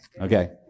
Okay